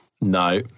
No